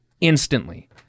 instantly